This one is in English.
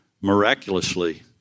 miraculously